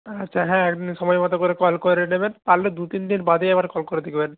আচ্ছা হ্যাঁ এক দিন সময় মতো করে কল করে নেবেন পারলে দু তিন দিন বাদেই আবার কল করে দেবেন